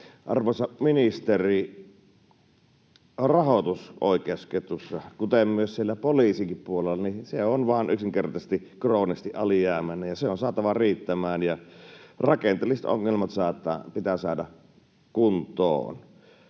Arvoisa ministeri, rahoitus oikeusketjussa, kuten myös siellä poliisin puolella, on vain yksinkertaisesti kroonisesti alijäämäinen, ja se on saatava riittämään ja rakenteelliset ongelmat pitää saada kuntoon.